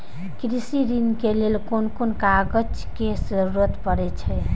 कृषि ऋण के लेल कोन कोन कागज के जरुरत परे छै?